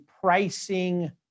pricing